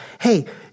Hey